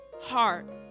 heart